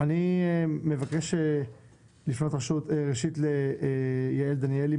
אני מבקש לפנות ראשית ליעל דניאלי,